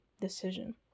decision